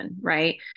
right